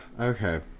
Okay